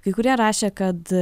kai kurie rašė kad